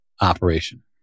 operation